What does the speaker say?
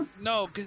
No